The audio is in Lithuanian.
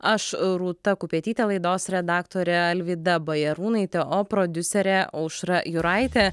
aš rūta kupetytė laidos redaktorė alvyda bajarūnaitė o prodiuserė aušra juraitė